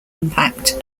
impact